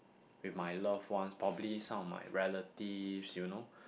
with my loved ones probably some of my relatives you know